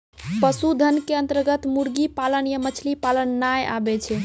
पशुधन के अन्तर्गत मुर्गी पालन या मछली पालन नाय आबै छै